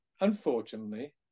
unfortunately